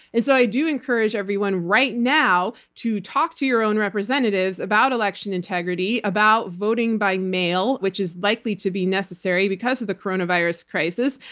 i do encourage everyone right now to talk to your own representatives about election integrity, about voting by mail which is likely to be necessary, because of the coronavirus crisis,